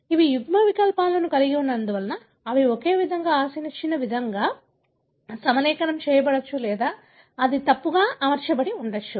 అవి యుగ్మవికల్పాలను కలిగి ఉన్నందున అవి ఒకే విధంగా ఆశించిన విధంగా సమలేఖనం చేయబడవచ్చు లేదా అది తప్పుగా అమర్చబడి ఉండవచ్చు